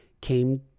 came